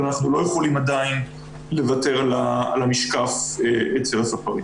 אבל אנחנו לא יכולים לוותר על המשקף אצל הספרים.